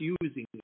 using